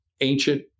ancient